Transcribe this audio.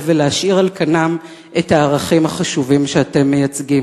ולהשאיר על כנם את הערכים החשובים שאתם מייצגים.